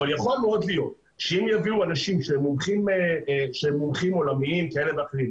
אבל יכול מאוד להיות שאם יביאו אנשים שהם מומחים עולמיים כאלה ואחרים,